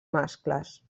mascles